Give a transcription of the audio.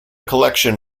collection